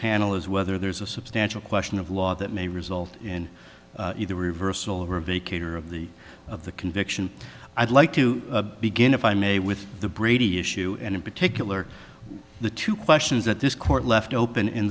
panel is whether there's a substantial question of law that may result in the reversal over of a cator of the of the conviction i'd like to begin if i may with the brady issue and in particular the two questions that this court left open in